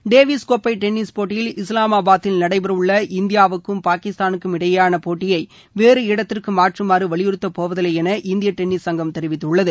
Davis கோப்பை tennis போட்டியில் இஸ்லாமாபாதில் நடைபெறவுள்ள இந்தியாவுக்கும் பாகிஸ்தானுக்கும் இடையேயான போட்டியை வேறு இடத்திற்கு மாற்றுமாறு கோரப்பபோவதில்லை என இந்திய டென்னிஸ் சங்கம் தெரிவித்துள்ளது